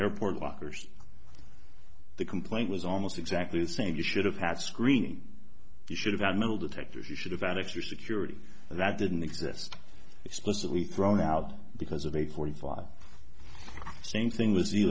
airport workers the complaint was almost exactly the same you should have had screening you should have metal detectors you should have an extra security that didn't exist explicitly thrown out because of a forty five same thing with the